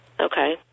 Okay